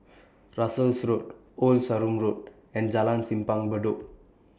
Russels Road Old Sarum Road and Jalan Simpang Bedok